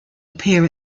appear